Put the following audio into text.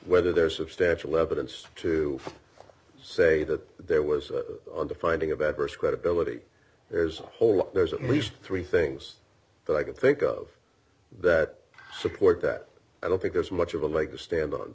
whether there is substantial evidence to say that there was a finding of adverse credibility there's a whole there's at least three things that i could think of that support that i don't think there's much of a leg to stand on